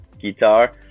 guitar